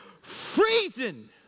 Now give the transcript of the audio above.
freezing